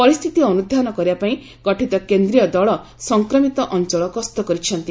ପରିସ୍ଥିତି ଅନୁଧ୍ୟାନ କରିବାପାଇଁ ଗଠିତ କେନ୍ଦ୍ରୀୟ ଦକ ସଂକ୍ରମିତ ଅଞ୍ଚଳ ଗସ୍ତ କରିଛନ୍ତି